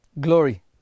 Glory